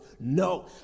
No